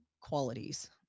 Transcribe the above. qualities